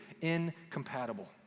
incompatible